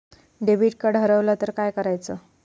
Debit card हरवल तर काय करायच?